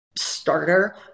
starter